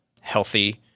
healthy